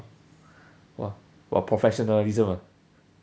!wah! got professionalism ah